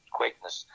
quickness